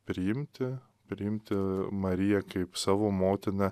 priimti priimti mariją kaip savo motiną